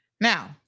Now